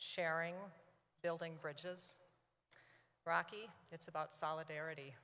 sharing building bridges rocky it's about solidarity